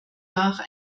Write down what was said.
nach